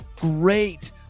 Great